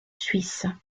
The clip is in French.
suisse